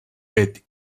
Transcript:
est